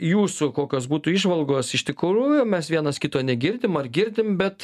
jūsų kokios būtų įžvalgos iš tikrųjų mes vienas kito negirdim ar girdim bet